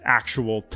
actual